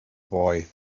boy